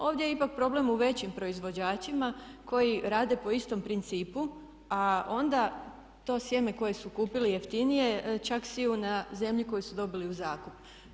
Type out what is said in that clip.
Ovdje je ipak problem u većim proizvođačima koji rade po istom principu, a onda to sjeme koje su kupili jeftinije čak siju na zemlji koju su dobili u zakup.